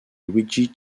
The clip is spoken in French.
luigi